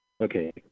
Okay